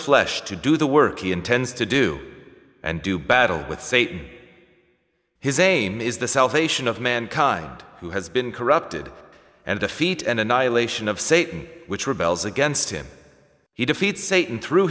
flesh to do the work he intends to do and do battle with say his aim is the salvation of mankind who has been corrupted and defeat and annihilation of satan which rebels against him he defeats satan through